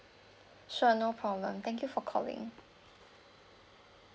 sure no problem thank you for calling